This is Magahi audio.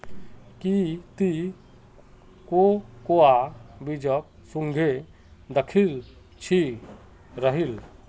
की ती कोकोआ बीजक सुंघे दखिल छि राहल